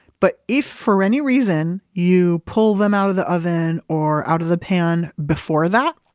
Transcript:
but if for any reason you pull them out of the oven or out of the pan before that,